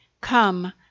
Come